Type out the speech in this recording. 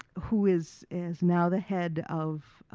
who is, is now the head of,